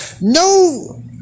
No